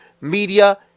media